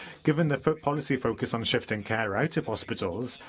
given the policy focus on shifting care out of hospitals,